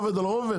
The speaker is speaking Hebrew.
רובד על רובד?